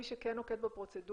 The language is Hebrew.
מי שכן נוקט בפרוצדורה,